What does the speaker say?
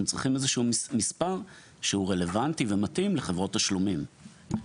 צריכים איזשהו מספר שהוא רלוונטי ומתאים לחברות תשלומים.